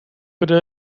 pero